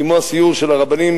כמו הסיור של הרבנים,